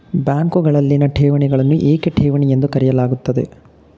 ಬ್ಯಾಂಕುಗಳಲ್ಲಿನ ಠೇವಣಿಗಳನ್ನು ಏಕೆ ಠೇವಣಿ ಎಂದು ಕರೆಯಲಾಗುತ್ತದೆ?